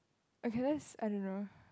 okay let's I don't know